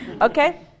Okay